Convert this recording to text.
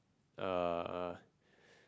uh uh